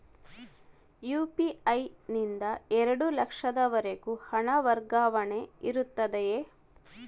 UPI ನಿಂದ ಎರಡು ಲಕ್ಷದವರೆಗೂ ಹಣ ವರ್ಗಾವಣೆ ಇರುತ್ತದೆಯೇ?